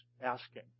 asking